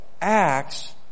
Acts